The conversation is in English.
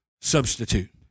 substitute